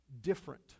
different